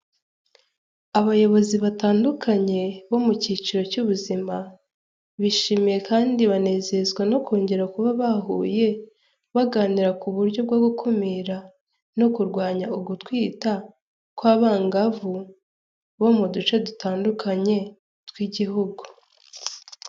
Abayobozi batandukanye bo mu cyiciro cy'ubuzima bishimiye kandi banezezwa no kongera kuba bahuye baganira ku buryo bwo gukumira no kurwanya ugutwita kw'abangavu bo mu duce dutandukanye tw'gihugu.